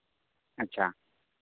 ᱟᱪᱪᱷᱟ